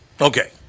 okay